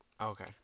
Okay